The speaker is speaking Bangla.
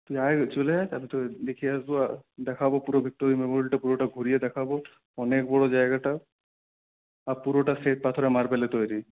তুই আয় চলে আয় তারপর তোকে দেখিয়ে আসবো দেখাবো পুরো ভিক্টোরিয়া মেমোরিয়ালটা পুরোটা ঘুরিয়ে দেখাবো অনেক বড় জায়গাটা আর পুরোটা শ্বেত পাথরের মার্বেলে তৈরি